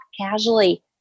casually